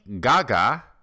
Gaga